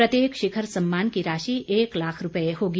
प्रत्येक शिखर सम्मान की राशि एक लाख रूपए होगी